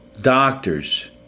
doctors